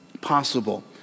possible